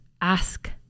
ask